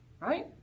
Right